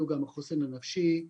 על חריגה